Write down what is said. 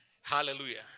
Hallelujah